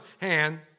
hand